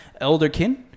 Elderkin